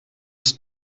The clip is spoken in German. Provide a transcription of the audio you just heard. ist